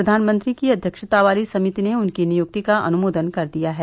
प्रधानमंत्री की अव्यक्षता वाली समिति ने उनकी नियुक्ति का अनुमोदन कर दिया है